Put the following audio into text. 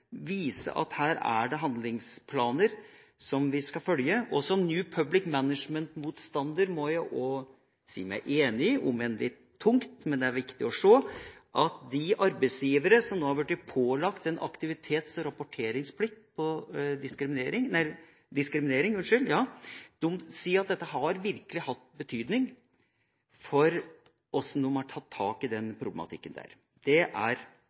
viser at her er det handlingsplaner som vi skal følge. Som New Public Management-motstander må jeg også si meg enig i – selv om det er litt tungt – at det er viktig å se at de arbeidsgivere som nå har blitt pålagt en aktivitets- og rapporteringsplikt om diskriminering, sier at dette virkelig har hatt betydning for hvordan de har tatt tak i den problematikken. Det er